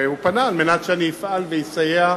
הוא פנה בבקשה שאני אפעל ואסייע.